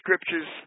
scriptures